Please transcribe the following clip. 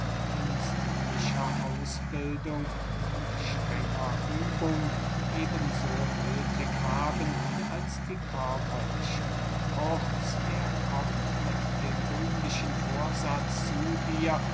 künstlicher ausbildung und strenger übung eben so nöthig haben als die körperlichen kurz er kommt mit dem rühmlichen vorsatz zu dir